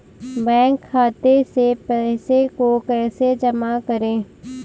Bank खाते से पैसे को कैसे जमा करें?